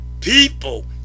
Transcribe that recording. People